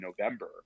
November